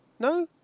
No